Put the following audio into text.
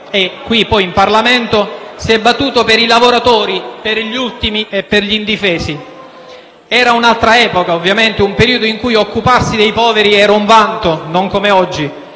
e poi qui in Parlamento - si è battuto per i lavoratori, per gli ultimi e per gli indifesi. Era un'altra epoca, un periodo in cui occuparsi dei poveri era un vanto, non come oggi.